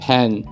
Pen